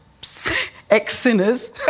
ex-sinners